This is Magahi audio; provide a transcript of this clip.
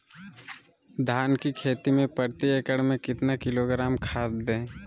धान की खेती में प्रति एकड़ में कितना किलोग्राम खाद दे?